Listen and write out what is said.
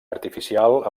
artificial